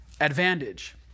advantage